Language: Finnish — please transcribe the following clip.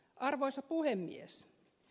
arvoisa puhemies